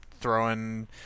throwing